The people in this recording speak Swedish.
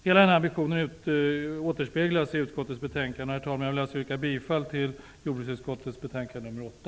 Hela den ambitionen återspeglas i utskottets betänkande. Herr talman! Jag vill yrka bifall till hemställan i jordbruksutskottets betänkande nr 8.